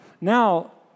Now